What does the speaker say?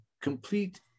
complete